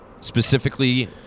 specifically